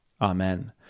Amen